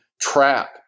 trap